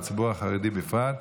והציבור החרדי בפרט.